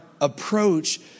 approach